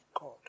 God